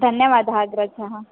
धन्यवादः अग्रज